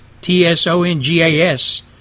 T-S-O-N-G-A-S